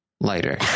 lighter